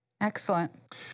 Excellent